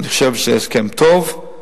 אני חושב שזה הסכם טוב,